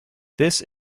this